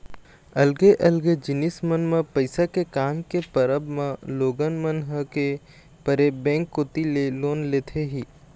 अलगे अलगे जिनिस मन म पइसा के काम के परब म लोगन मन ह के परे बेंक कोती ले लोन लेथे ही